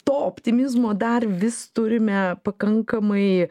to optimizmo dar vis turime pakankamai